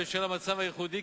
בשל המצב הייחודי,